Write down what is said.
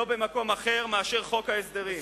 לא במקום אחר מאשר חוק ההסדרים.